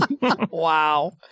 Wow